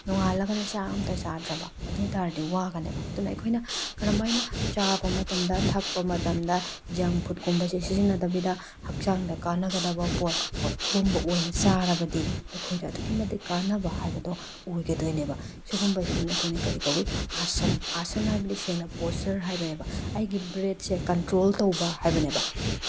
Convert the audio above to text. ꯅꯣꯉꯥꯜꯂꯒꯅ ꯆꯥꯛ ꯑꯃꯇꯥ ꯆꯥꯗ꯭ꯔꯕ ꯑꯗꯨ ꯑꯣꯏ ꯇꯥꯔꯗꯤ ꯋꯥꯒꯅꯦꯕ ꯑꯗꯨꯅ ꯑꯩꯈꯣꯏꯅ ꯀꯔꯝ ꯃꯥꯏꯅ ꯆꯥꯕ ꯃꯇꯝꯗ ꯊꯛꯄ ꯃꯇꯝꯗ ꯖꯟꯛ ꯐꯨꯗ ꯀꯨꯝꯕꯁꯦ ꯁꯤꯖꯤꯅꯗꯕꯤꯗ ꯍꯛꯆꯥꯡꯗ ꯀꯥꯟꯅꯒꯗꯕ ꯄꯣꯠꯀꯣ ꯁꯨꯒꯨꯝꯕ ꯑꯣꯏꯅ ꯆꯥꯔꯕꯗꯤ ꯑꯩꯈꯣꯏꯅ ꯑꯗꯨꯛꯀꯤ ꯃꯇꯤꯛ ꯀꯥꯟꯅꯕ ꯍꯥꯏꯕꯗꯨ ꯑꯣꯏꯒꯗꯣꯏꯅꯦꯕ ꯁꯨꯒꯨꯝꯕꯁꯤꯕꯨꯅ ꯑꯩꯈꯣꯏꯅ ꯀꯔꯤ ꯀꯧꯋꯤ ꯑꯁꯟ ꯑꯁꯟ ꯍꯥꯏꯕꯗꯤ ꯁꯦꯡꯅ ꯄꯣꯁꯇꯔ ꯍꯥꯏꯕꯅꯦꯕ ꯑꯩꯒꯤ ꯕꯔꯦꯠꯁꯦ ꯀꯟꯇ꯭ꯔꯣꯜ ꯇꯧꯕ ꯍꯥꯏꯕꯅꯦꯕ